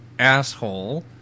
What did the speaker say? asshole